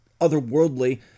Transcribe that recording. otherworldly